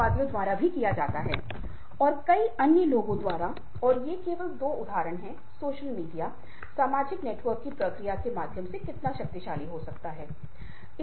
मैं दूसरों को समजने के लिए खुद उनके स्थिति मे रहकर समानुभूति में समझने की कोशिश करता हूं